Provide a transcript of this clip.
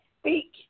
speak